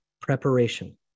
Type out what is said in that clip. preparation